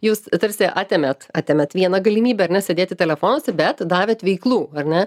jūs tarsi atėmėt atėmėt vieną galimybę ar ne sėdėti telefonuose bet davėt veiklų ne